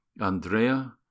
Andrea